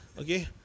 Okay